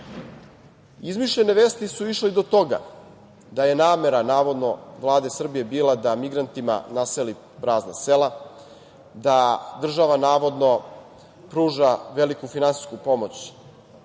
Izmišljene vesti su išle i do toga da je namera navodno Vlade Srbije bila da migrantima naseli prazna sela, da država navodno pruža veliku finansijsku pomoć